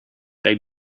they